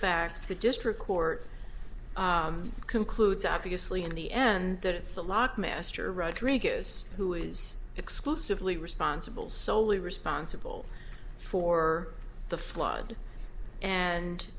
facts the district court concludes obviously in the end that it's the lockmaster rodriguez who is exclusively responsible soley responsible for the flood and